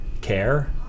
care